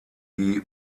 die